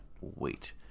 wait